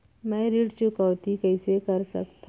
मैं ऋण चुकौती कइसे कर सकथव?